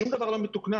שום דבר לא מתוקנן.